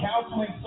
counseling